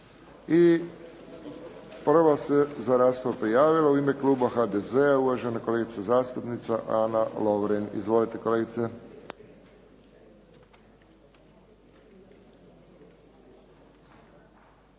I prva se za raspravu prijavila u ime kluba HDZ-a uvažena kolegica zastupnica Ana Lovrin. Izvolite kolegice.